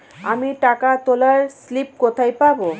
আমি টাকা তোলার স্লিপ কোথায় পাবো?